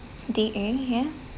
D N yes